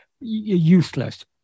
useless